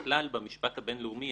הכלל במשפט הבינלאומי,